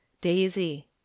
daisy